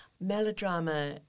Melodrama